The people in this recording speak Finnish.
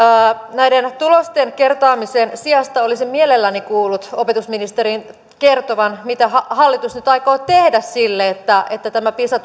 näiden tulosten kertaamisen sijasta olisin mielelläni kuullut opetusministerin kertovan mitä hallitus nyt aikoo tehdä sille että että tämä pisa